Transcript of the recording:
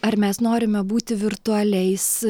ar mes norime būti virtualiais